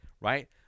right